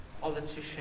politician